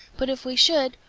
but if we should,